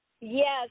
Yes